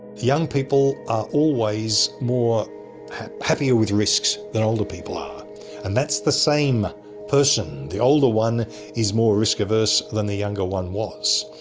young people are always more happier with risks than older people ah and that's the same person the older one is more risk averse than the younger one was.